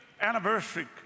anniversary